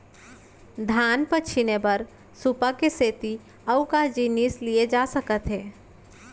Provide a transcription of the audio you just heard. धान पछिने बर सुपा के सेती अऊ का जिनिस लिए जाथे सकत हे?